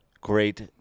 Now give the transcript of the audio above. great